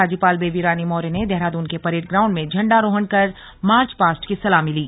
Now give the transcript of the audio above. राज्यपाल बेबी रानी मौर्य ने देहरादून के परेड ग्राउण्ड में झंडा रोहण कर मार्च पास्ट की सलामी ली